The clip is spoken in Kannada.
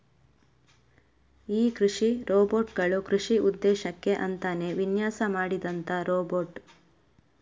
ಈ ಕೃಷಿ ರೋಬೋಟ್ ಗಳು ಕೃಷಿ ಉದ್ದೇಶಕ್ಕೆ ಅಂತಾನೇ ವಿನ್ಯಾಸ ಮಾಡಿದಂತ ರೋಬೋಟ್